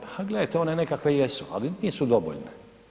Pa gledajte, one nekakve jesu, ali nisu dovoljne.